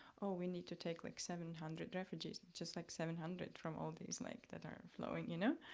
oh we need to take like seven hundred refugees, just like seven hundred, from all these like that are flowing, you know?